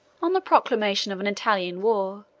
on the proclamation of an italian war,